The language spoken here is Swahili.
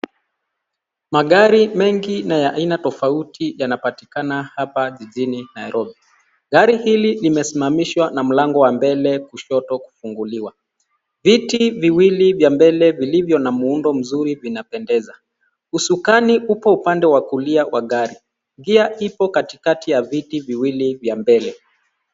Magari mengi na ya aina tofauti yanapatikana hapa jijini Nairobi, Gari hili limesimamishwa na mlango wa mbele kushoto kufunguliwa. Viti viwili vya mbele vilivyo na muundo mzuri vinapendeza. Usukani upop upande wa kulia wa gari. Gia iko katikati ya viti vya mbele